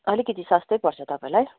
अलिकति सस्तै पर्छ तपाईँलाई